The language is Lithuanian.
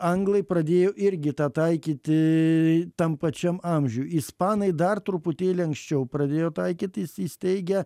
anglai pradėjo irgi tą taikyti tam pačiam amžiuj ispanai dar truputėlį anksčiau pradėjo taikyt įs įsteigę